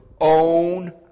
own